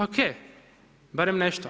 O.k. barem nešto.